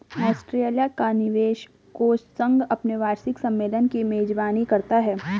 Australia का निवेश कोष संघ अपने वार्षिक सम्मेलन की मेजबानी करता है